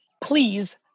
Please